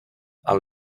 ale